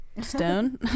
Stone